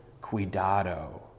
cuidado